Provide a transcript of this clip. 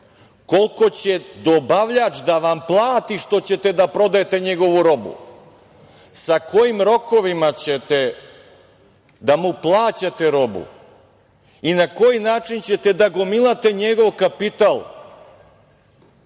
koliko će dobavljač da vam plati što ćete da prodajete njegovu robu, sa kojim rokovima ćete da mu plaćate robu i na koji način ćete da gomilate njegov kapital